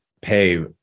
pay